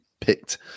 picked